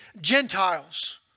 Gentiles